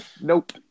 Nope